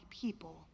people